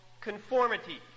conformity